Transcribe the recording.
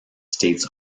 states